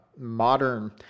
modern